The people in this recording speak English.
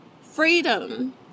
freedom